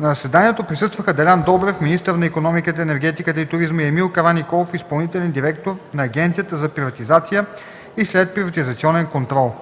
На заседанието присъстваха Делян Добрев – министър на икономиката, енергетиката и туризма, и Емил Караниколов – изпълнителен директор на Агенцията за приватизация и следприватизационен контрол.